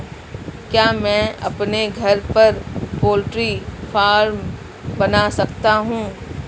क्या मैं अपने घर पर पोल्ट्री फार्म बना सकता हूँ?